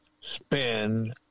spend